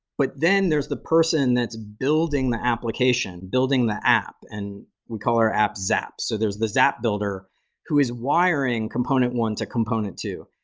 but then there's the person that's building the applications, building the app, and we call our app xap. so there's the xap builder who is wiring component one to component two.